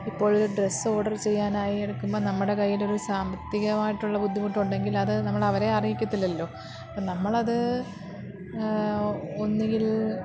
ഇപ്പോൾ dress order ചെയ്യാനായി എടുക്കുമ്പം നമ്മുടെ കയ്യിലൊരു സാമ്പത്തികമായിട്ടുള്ള ബുദ്ധിമുട്ടുണ്ടെങ്കിൽ അത് നമ്മൾ അവരെ അറിയിക്കത്തില്ലല്ലോ അപ്പോൾ നമ്മളത് ഒന്നുകിൽ